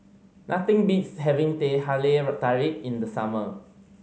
nothing beats having Teh Halia Tarik in the summer